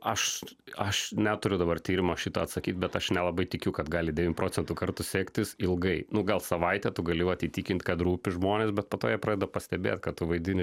aš aš neturiu dabar tyrimo šito atsakyt bet aš nelabai tikiu kad gali devym procentų kartų sektis ilgai nu gal savaitę tu gali vat įtikint kad rūpi žmonės bet po to pradeda pastebėt kad tu vaidini